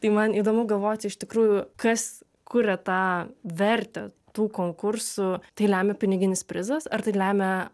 tai man įdomu galvoti iš tikrųjų kas kuria tą vertę tų konkursų tai lemia piniginis prizas ar tai lemia